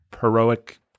heroic